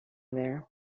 there